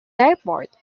airport